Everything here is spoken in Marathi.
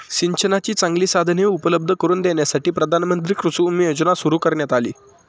सिंचनाची चांगली साधने उपलब्ध करून देण्यासाठी प्रधानमंत्री कुसुम योजना सुरू करण्यात आली